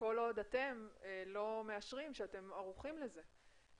כל עוד אתם לא מאשרים שאתם ערוכים לזה.